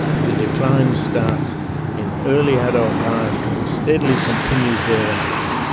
the decline starts in early adult life and steadily continues thereafter,